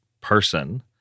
person—